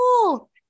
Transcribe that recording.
cool